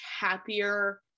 happier